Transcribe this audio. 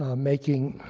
ah making